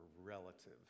relative